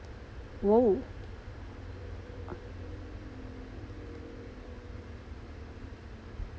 !whoa!